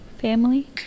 family